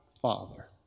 Father